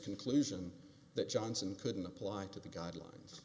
conclusion that johnson couldn't apply it to the guidelines